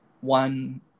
one